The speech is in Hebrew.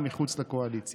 הכול מותר להם.